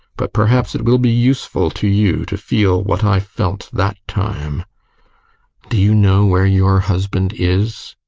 but perhaps it will be useful to you to feel what i felt that time do you know where your husband is?